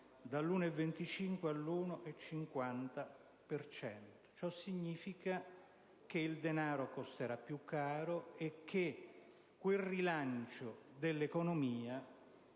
dall'1,25 all'1,50 per cento. Ciò significa che il denaro costerà più caro e che quel rilancio dell'economia